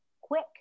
quick